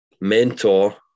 mentor